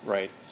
Right